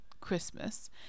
christmas